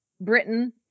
Britain